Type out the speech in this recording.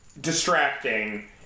distracting